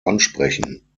ansprechen